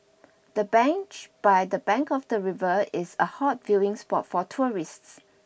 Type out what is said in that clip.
the bench by the bank of the river is a hot viewing spot for tourists